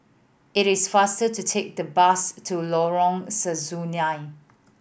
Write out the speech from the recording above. it is faster to take the bus to Lorong Sesuai